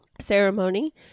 ceremony